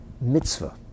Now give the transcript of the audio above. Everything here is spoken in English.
mitzvah